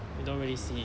we don't really see